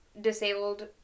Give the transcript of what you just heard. disabled